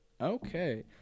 Okay